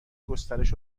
گسترش